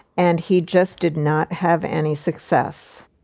and he just did not have any success.